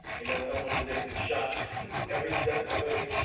you know, it's almost as if we shopped every step of the way